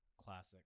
Classic